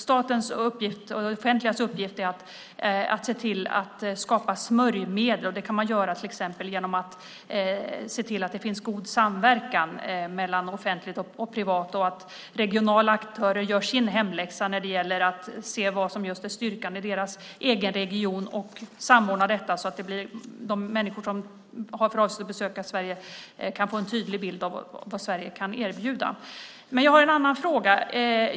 Staten och det offentligas uppgift är att se till att skapa smörjmedel, och det kan man göra till exempel genom att se till att det finns god samverkan mellan offentligt och privat och att regionala aktörer gör sin hemläxa när det gäller att se vad som är styrkan i just deras egen region och samordna detta så att de människor som har för avsikt att besöka Sverige kan få en tydlig bild av vad landet kan erbjuda. Men jag har en annan fråga.